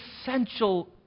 essential